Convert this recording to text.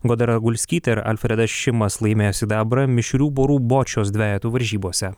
goda ragulskytė ir alfredas šimas laimėjo sidabrą mišrių porų bočios dvejetų varžybose